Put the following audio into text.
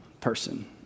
person